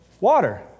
Water